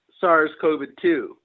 SARS-CoV-2